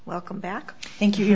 welcome back thank you